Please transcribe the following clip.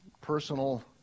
personal